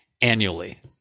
annually